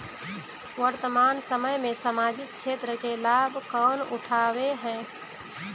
वर्तमान समय में सामाजिक क्षेत्र के लाभ कौन उठावे है?